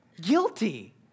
guilty